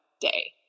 day